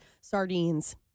sardines